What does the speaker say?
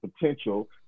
potential